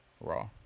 Raw